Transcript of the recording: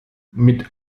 mit